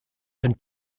and